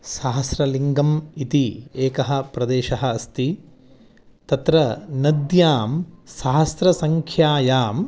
सहस्रलिङ्गम् इति एकः प्रदेशः अस्ति तत्र नद्यां सहस्रसङ्ख्यायाम्